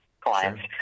clients